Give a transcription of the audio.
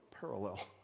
parallel